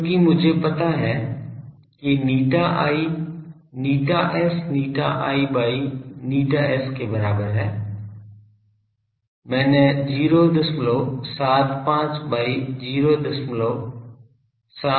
चूँकि मुझे पता है कि ηi ηs ηi by ηs के बराबर है मैंने 075 by 0784 पाया है